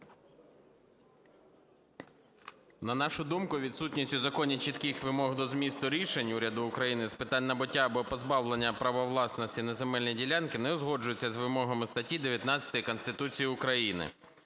На нашу думку, відсутність у законі чітких вимог до змісту рішень уряду України з питань набуття або позбавлення права власності на земельні ділянки не узгоджується з вимогами статті 19 Конституції України